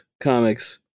comics